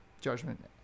judgment